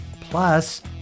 plus